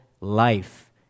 life